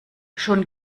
schon